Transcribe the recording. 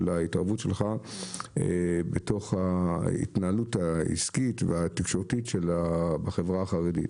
ההתערבות שלך בתוך ההנהלות העסקית והתקשורתית בחברה החרדית.